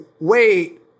wait